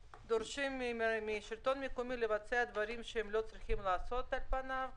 דברים שהם לא צריכים לעשות על פניו,